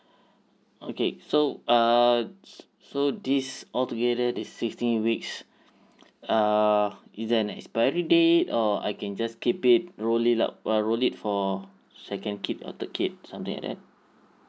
okay so err so these together these sixteen weeks err is there an expiry date or I can just keep it roll it up uh roll it for second kid or third kid something like that